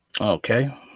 Okay